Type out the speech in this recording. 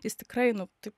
jis tikrai nu taip